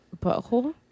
butthole